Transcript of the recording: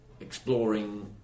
exploring